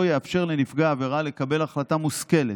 יאפשר לנפגע העבירה לקבל החלטה מושכלת,